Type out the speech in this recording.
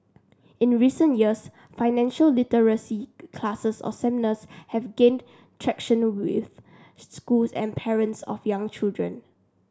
in the recent years financial literacy classes or seminars have gained traction with schools and parents of young children